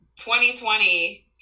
2020